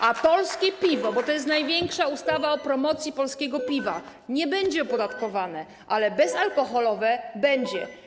A polskie piwo - bo to jest największa ustawa o promocji polskiego piwa - nie będzie opodatkowane, ale bezalkoholowe będzie.